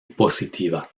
positiva